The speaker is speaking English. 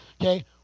okay